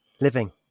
living